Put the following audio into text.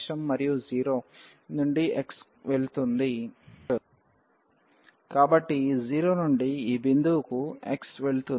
నుండి x వెళుతుంది కాబట్టి 0 నుండి ఈ బిందువుకు x వెళుతుంది